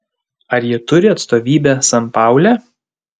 ar jie turi atstovybę sanpaule